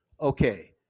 Okay